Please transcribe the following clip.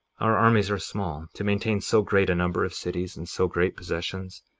our armies are small to maintain so great a number of cities and so great possessions.